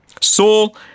Saul